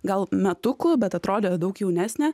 gal metukų bet atrodė daug jaunesnė